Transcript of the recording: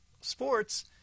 sports